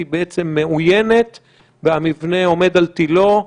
היא בעצם מאוינת והמבנה עומד על תילו;